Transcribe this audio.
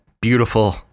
beautiful